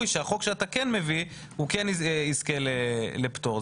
שהחוק שאתה כן מביא הוא כן יזכה לפטור.